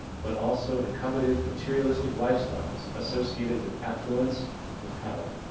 but also the coveted materialistic lifestyle associated with affluence and power.